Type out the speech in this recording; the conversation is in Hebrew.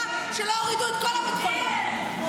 אפילו תסגרו את הדלתות על עצמכם,